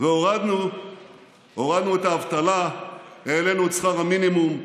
והורדנו את האבטלה, העלינו את שכר המינימום,